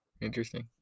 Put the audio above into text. Interesting